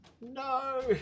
No